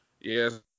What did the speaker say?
Yes